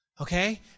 Okay